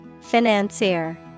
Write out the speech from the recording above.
Financier